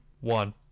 one